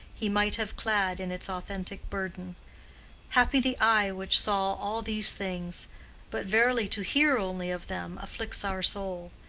he might have clad in its autithetic burden happy the eye which saw all these things but verily to hear only of them afflicts our soul.